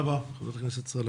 תודה רבה, חברת הכנסת סאלח.